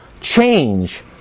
change